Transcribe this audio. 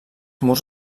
murs